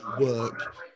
work